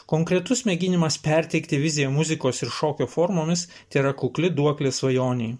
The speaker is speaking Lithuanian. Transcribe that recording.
konkretus mėginimas perteikti viziją muzikos ir šokio formomis tėra kukli duoklė svajonei